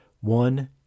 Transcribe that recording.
one